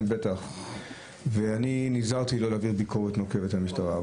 בטח ואני נזהרתי לא להעביר ביקורת נוקבת על המשטרה.